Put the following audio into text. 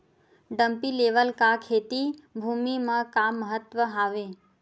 Dumpy level का खेती भुमि म का महत्व हावे?